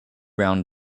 brown